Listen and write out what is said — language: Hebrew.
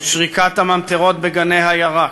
את שריקת הממטרות בגני הירק,